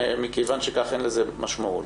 מכיוון שכך, אין לזה משמעות.